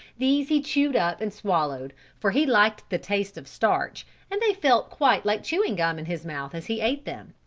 these he chewed up and swallowed for he liked the taste of starch and they felt quite like chewing gum in his mouth as he ate them.